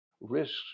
risks